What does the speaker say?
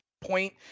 point